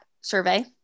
survey